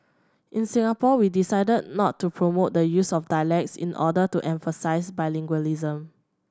in Singapore we decided not to promote the use of dialects in order to emphasise bilingualism